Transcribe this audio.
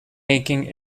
making